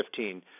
2015